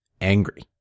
angry